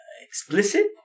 explicit